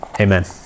amen